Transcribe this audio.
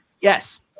yes